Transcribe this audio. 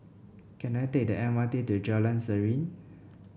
can I take the M R T to Jalan Serene